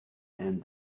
and